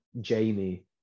Jamie